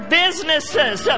businesses